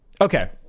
Okay